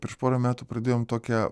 prieš porą metų pradėjom tokią